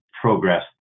progress